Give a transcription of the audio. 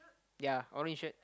yea orange shirt